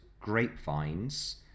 grapevines